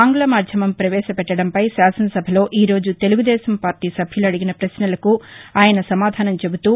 ఆంగ్ల మాధ్యమం ప్రవేశ పెట్టడంపై శాసన సభలో ఈ రోజు తెలుగు దేశం సభ్యులు అడిగిన పశ్నలకు ఆయన సమాధానం చెబుతూ